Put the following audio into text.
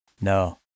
No